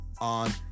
on